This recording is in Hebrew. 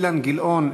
אילן גילאון,